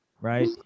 right